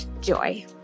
joy